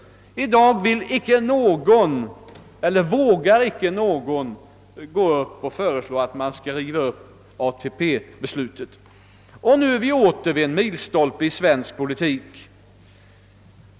I dag vågar inte någon föreslå att man skall riva upp ATP beslutet. Nu är vi åter vid en milstolpe i svensk politik.